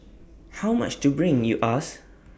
how much to bring you ask